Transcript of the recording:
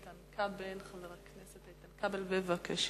חבר הכנסת איתן כבל, בבקשה.